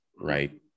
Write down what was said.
Right